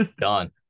Done